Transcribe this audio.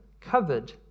covered